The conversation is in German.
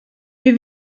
wie